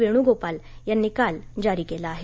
वेणुगोपाल यांनी काल जारी केलं आहे